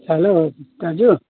hello दाजु